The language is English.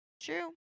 True